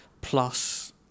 plus